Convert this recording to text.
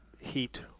heat